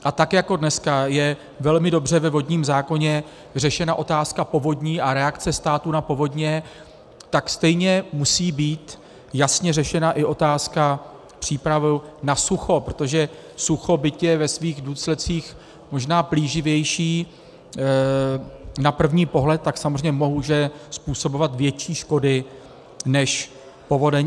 A tak jako dneska je velmi dobře ve vodním zákoně řešena otázka povodní a reakce státu na povodně, tak stejně musí být jasně řešena i otázka přípravy na sucho, protože sucho, byť je ve svých důsledcích možná plíživější na první pohled, samozřejmě může způsobovat větší škody než povodeň.